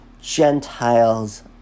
Gentiles